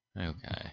okay